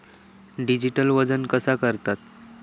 Digital वजन कसा करतत?